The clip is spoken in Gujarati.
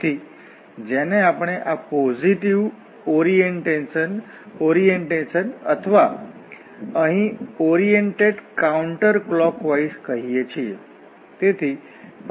તેથી જેને આપણે પોઝીટીવ ઓરિએંટેશન અથવા અહીં ઓરિએંટેડ કાઉન્ટર ક્લોક્વાઇસ કહીએ છીએ